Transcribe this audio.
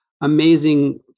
amazing